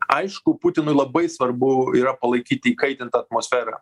aišku putinui labai svarbu yra palaikyti įkaitintą atmosferą